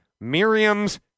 Miriam's